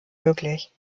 möglich